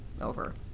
over